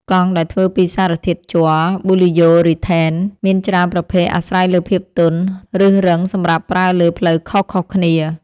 កង់ ដែលធ្វើពីសារធាតុជ័រ ប៉ូលីយូរីថេន មានច្រើនប្រភេទអាស្រ័យលើភាពទន់ ឬរឹងសម្រាប់ប្រើលើផ្លូវខុសៗគ្នា។